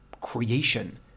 creation